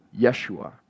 Yeshua